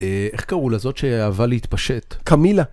איך קראו לזאת שאהבה להתפשט? קמילה!